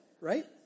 Right